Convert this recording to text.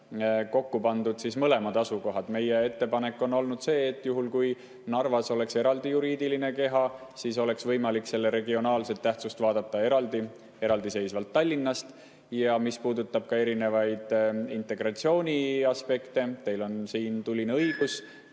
et kui Narvas oleks eraldi juriidiline keha, siis oleks võimalik selle regionaalset tähtsust vaadata eraldiseisvalt Tallinnast. Mis puudutab erinevaid integratsiooniaspekte,